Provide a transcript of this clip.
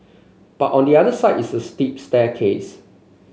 but on the other side is a steep staircase